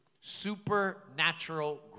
supernatural